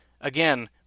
again